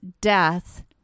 death